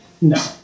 No